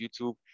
YouTube